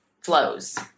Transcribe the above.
flows